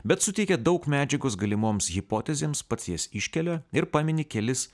bet suteikia daug medžiagos galimoms hipotezėms pats jas iškelia ir pamini kelis